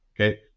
Okay